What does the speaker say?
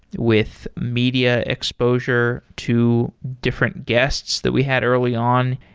with media exposure to different guests that we had early on.